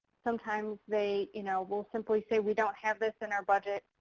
sometimes they you know will simply say, we don't have this in our budget.